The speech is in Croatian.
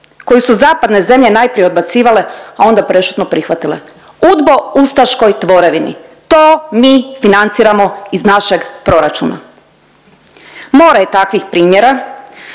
koju su zapadne zemlje najprije odbacivale, a onda prešutno prihvatile. Udbo ustaškoj tvorevini, to mi financiramo iz našeg proračuna. More je takvih primjera,